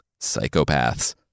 psychopaths